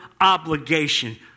obligation